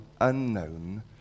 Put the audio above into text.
unknown